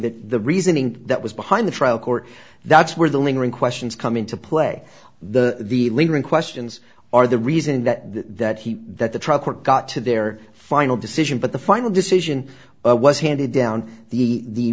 that the reasoning that was behind the trial court that's where the lingering questions come into play the the lingering questions are the reason that the that he that the trial court got to their final decision but the final decision was handed down the